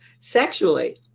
sexually